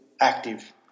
active